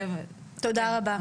תודה רבה.